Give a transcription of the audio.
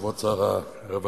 כבוד שר הרווחה,